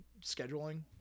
scheduling